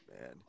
Man